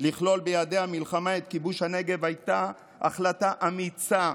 לכלול ביעדי המלחמה את כיבוש הנגב הייתה החלטה אמיצה,